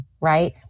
Right